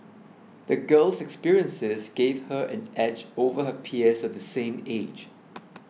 the girl's experiences gave her an edge over her peers the same age